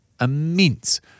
immense